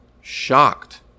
shocked